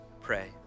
Pray